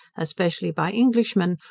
especially by englishmen,